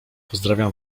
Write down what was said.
pozdrawiam